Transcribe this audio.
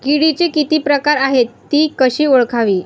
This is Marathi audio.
किडीचे किती प्रकार आहेत? ति कशी ओळखावी?